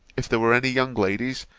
if there were any young ladies,